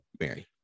Mary